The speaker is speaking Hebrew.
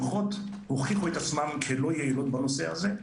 שלוחות הוכיחו את עצמן כלא יעילות בנושא הזה,